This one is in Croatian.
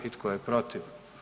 I tko je protiv?